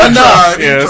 Enough